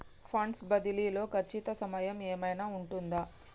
Funds బదిలీ లో ఖచ్చిత సమయం ఏమైనా ఉంటుందా?